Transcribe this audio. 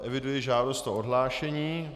Eviduji žádost o odhlášení.